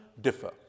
differ